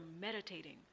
meditating